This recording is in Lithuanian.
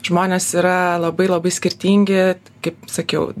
žmonės yra labai labai skirtingi kaip sakiau